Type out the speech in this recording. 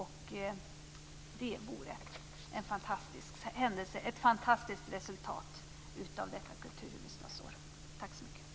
Det vore ett fantasktiskt resultat av detta kulturhuvudstadsår. Tack så mycket.